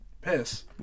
piss